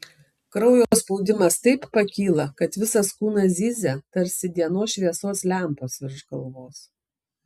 kraujo spaudimas taip pakyla kad visas kūnas zyzia tarsi dienos šviesos lempos virš galvos